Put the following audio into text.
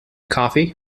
coffee